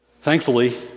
Thankfully